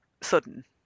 sudden